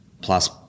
plus